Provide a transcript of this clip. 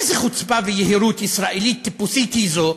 איזו חוצפה ויהירות ישראלית טיפוסית היא זאת,